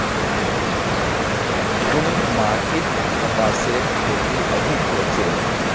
कुन माटित कपासेर खेती अधिक होचे?